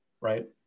right